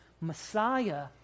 messiah